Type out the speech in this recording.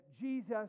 Jesus